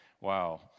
wow